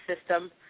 system